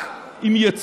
רק עם יצוא.